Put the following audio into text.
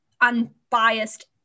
unbiased